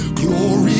glory